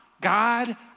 God